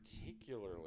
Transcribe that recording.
particularly